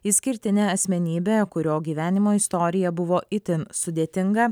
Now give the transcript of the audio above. išskirtinė asmenybė kurio gyvenimo istorija buvo itin sudėtinga